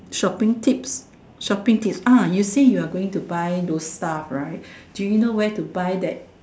shopping tips shopping tips ah you say you are going to buy those stuff right do you know where to buy that